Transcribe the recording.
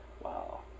wow